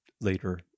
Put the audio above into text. later